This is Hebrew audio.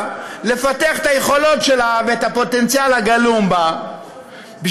לפתח את היכולות שלהם ואת הפוטנציאל הגלום בהם,